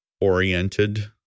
oriented